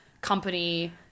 company